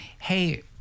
hey